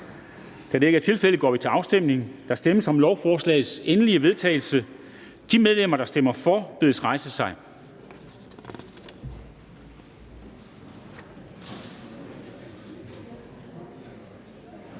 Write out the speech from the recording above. Afstemning Formanden (Henrik Dam Kristensen): Der stemmes om lovforslagets endelige vedtagelse. De medlemmer, der stemmer for, bedes rejse sig.